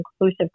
inclusive